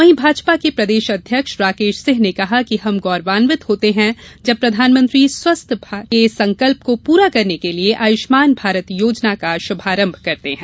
वहीं भाजपा के प्रदेश अध्यक्ष राकेश सिंह ने कहा कि हम गौरान्वित होते हैं जब प्रधानमंत्री स्वस्थ भारत के संकल्प को पूरा करने के लिए आयुष्मान भारत योजना का शुभारंभ करते हैं